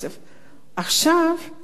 עכשיו זה אפשרי.